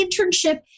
internship